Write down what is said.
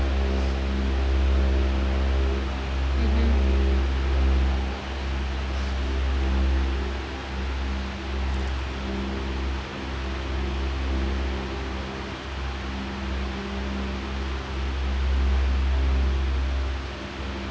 mmhmm